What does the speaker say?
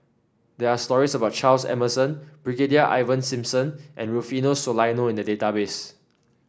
there are stories about Charles Emmerson Brigadier Ivan Simson and Rufino Soliano in the database